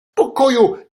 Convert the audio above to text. pokoju